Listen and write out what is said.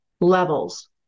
levels